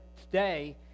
today